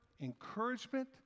encouragement